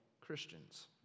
Christians